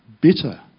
bitter